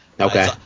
Okay